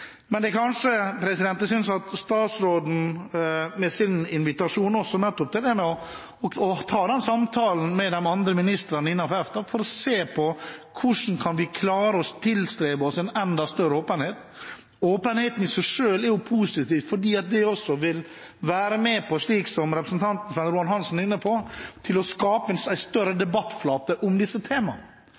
Statsråden inviterte nettopp til å ta den samtalen med de andre ministrene innenfor EFTA for å se på hvordan vi kan klare å tilstrebe oss en enda større åpenhet. Åpenhet i seg selv er jo positivt, for det vil også være med på, slik som representanten Svein Roald Hansen er inne på, å skape en større debattflate om disse temaene.